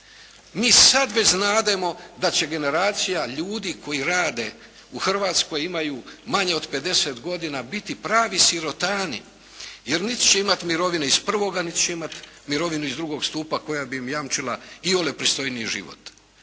Mi sad već znademo da će generacija ljudi koji rade u Hrvatskoj imaju manje od 50 godina biti pravi sirotani jer niti će imati mirovine iz prvog niti će imati mirovinu iz drugog stupa koja bi im jamčila iole pristojniji život.